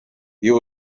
you